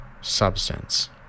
substance